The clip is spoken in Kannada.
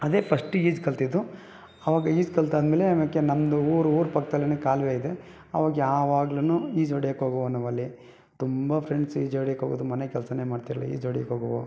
ಅದೇ ಫಸ್ಟ್ ಈಜು ಕಲಿತಿದ್ದು ಆವಾಗ ಈಜು ಕಲಿತಾದ್ಮೇಲೆ ಆಮೇಲೆ ನಮ್ಮದು ಊರು ಊರ ಪಕ್ಕದಲ್ಲೇನೇ ಕಾಲುವೆ ಇದೆ ಆವಾಗ ಯಾವಾಗ್ಲು ಈಜು ಹೊಡಿಯಕ್ಕೆ ಹೋಗೋವೋ ನಾವಲ್ಲಿ ತುಂಬ ಫ್ರೆಂಡ್ಸ್ ಈಜು ಹೊಡೆಯಕ್ಕೆ ಹೋಗೋದು ಮನೆ ಕೆಲಸನೇ ಮಾಡ್ತಿರ್ಲಾ ಈಜು ಹೊಡೆಯಕ್ಕೆ ಹೋಗೋವೋ